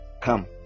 Come